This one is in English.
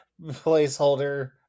placeholder